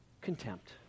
contempt